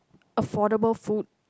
affordable food